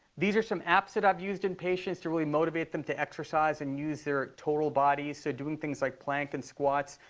these are some apps that i've used in patients to really motivate them to exercise and use their total body, so doing things like plank and squats.